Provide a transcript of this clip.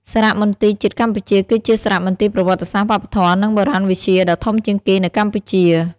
សារមន្ទីរជាតិកម្ពុជាគឺជាសារមន្ទីរប្រវត្តិសាស្ត្រ វប្បធម៌ និងបុរាណវិទ្យាដ៏ធំជាងគេនៅកម្ពុជា។